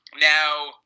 Now